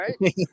right